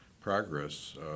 progress